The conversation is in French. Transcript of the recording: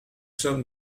sommes